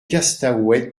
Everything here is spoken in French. costaouët